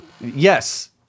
yes